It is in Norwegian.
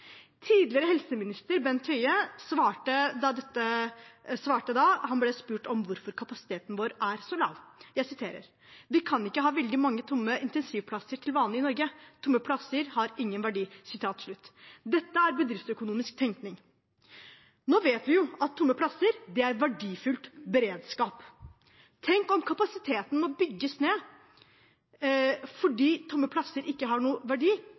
Tidligere helseminister Bent Høie svarte da han ble spurt om hvorfor kapasiteten vår er så lav: «Vi kan ikke ha veldig mange intensivplasser stående tomme i Norge. Tomme plasser har ingen verdi.» Dette er bedriftsøkonomisk tenkning. Nå vet vi jo at tomme plasser er verdifull beredskap. Tenk om kapasiteten må bygges ned fordi tomme plasser ikke har noen verdi.